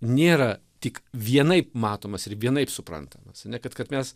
nėra tik vienaip matomas ir vienaip suprantamas ane kad kad mes